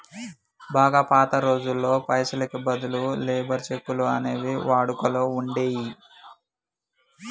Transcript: బాగా పాత రోజుల్లో పైసలకి బదులు లేబర్ చెక్కులు అనేవి వాడుకలో ఉండేయ్యి